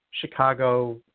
Chicago